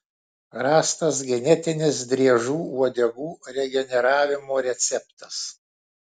rastas genetinis driežų uodegų regeneravimo receptas